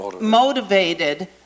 motivated